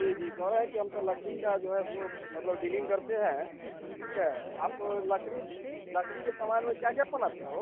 जी जी कह रहे हैं कि हम तो लकड़ी का जो है सो मतलब डीलिंग करते हैं ठीक है आप लकड़ी लकड़ी के सामान में क्या क्या बनाते हो